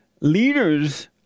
Leaders